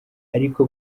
ariko